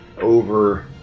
over